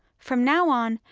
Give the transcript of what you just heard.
from now on,